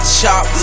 chop